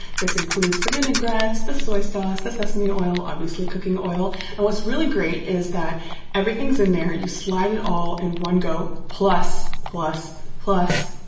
this includes the vinaigrettes, the soy sauce, the sesame oil, obviously cooking oil and what's really great is that everything's in there you slide it all in one go. plus plus plus,